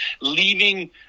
leaving